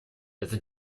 это